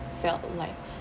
felt like